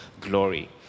glory